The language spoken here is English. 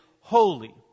holy